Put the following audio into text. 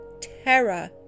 terror